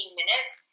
minutes